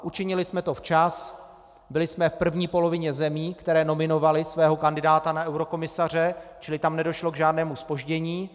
Učinili jsme to včas, byli jsme v první polovině zemí, které nominovaly svého kandidáta na eurokomisaře, čili tam nedošlo k žádnému zpoždění.